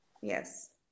yes